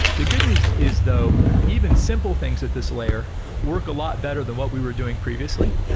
the good news is though even simple things with this layer work a lot better than what we were doing previously.